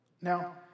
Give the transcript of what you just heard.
Now